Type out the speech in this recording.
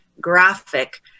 graphic